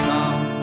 Come